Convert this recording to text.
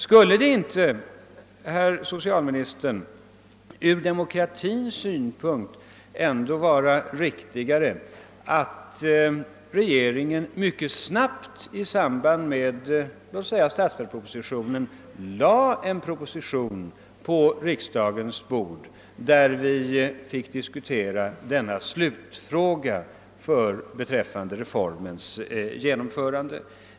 Skulle det inte, herr socialminister, ur demokratins synpunkt vara riktigare att regeringen mycket snabbt i samband med låt oss säga statsverkspropositionen framlade ett förslag på riksdagens bord, så att vi i det sammanhanget fick diskutera denna slutfråga beträffande reformens genomförande.